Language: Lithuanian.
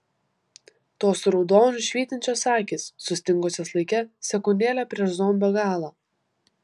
tos raudoniu švytinčios akys sustingusios laike sekundėlę prieš zombio galą